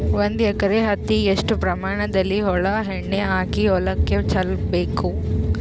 ಒಂದು ಎಕರೆ ಹತ್ತಿ ಎಷ್ಟು ಪ್ರಮಾಣದಲ್ಲಿ ಹುಳ ಎಣ್ಣೆ ಹಾಕಿ ಹೊಲಕ್ಕೆ ಚಲಬೇಕು?